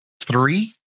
three